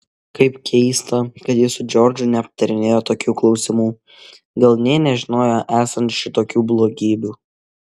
kaip keista kad ji su džordžu neaptarinėjo tokių klausimų gal nė nežinojo esant šitokių blogybių